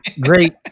great